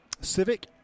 Civic